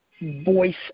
voice